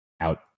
out